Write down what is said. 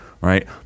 right